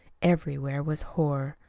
everywhere was horror,